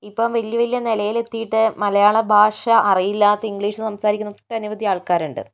ഇപ്പം വലിയ വലിയ നിലയിൽ എത്തിട്ട് മലയാള ഭാഷ അറിയില്ലാത്ത ഇംഗ്ലീഷ് സംസാരിക്കുന്ന ഒട്ടനവധി ആൾക്കാരുണ്ട്